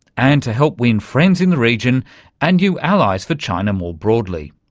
and to help win friends in the region and new allies for china more broadly.